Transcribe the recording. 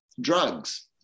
drugs